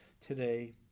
today